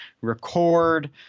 record